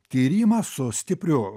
tyrimą su stipriu